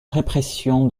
répression